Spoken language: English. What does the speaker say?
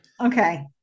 Okay